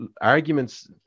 arguments